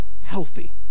healthy